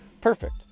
Perfect